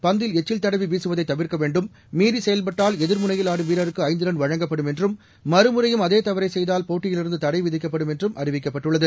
பந்தில் எச்சில் தடவிவீசுவதைதவிர்க்கவேண்டும்மீறிசெயல்பட்டால் எதிர்முனையில் ஆடும் வழங்கப்படும் வீரருக்குஐந்துரன் என்றும் மறுமுறையும் அதேதவறைசெய்தால் போட்டியிலிருந்துதடைவிதிக்கப்படும் என்றும் அறிவிக்கப்பட்டுள்ளது